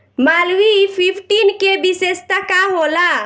Malviya fifteen के विशेषता का होला?